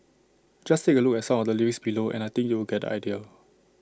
just take A look at some of the lyrics below and I think you'll get the idea